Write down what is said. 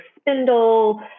spindle